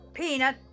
Peanut